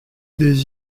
des